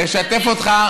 נשתף אותך,